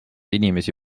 inimesi